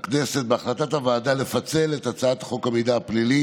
הכנסת בהחלטת הוועדה לפצל את הצעת חוק המידע הפלילי